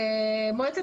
מועצת